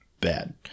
bad